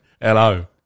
Hello